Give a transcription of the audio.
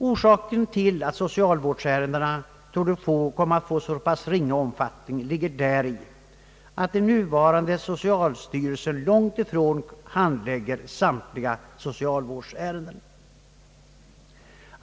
Orsaken till att socialvårdsärendena torde komma att få så pass ringa omfatining ligger däri att nuvarande socialstyrelsen handlägger långt ifrån samtliga socialärenden, ej ens samtliga socialvårdsärenden.